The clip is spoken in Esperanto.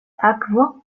akvo